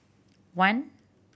one